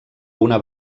una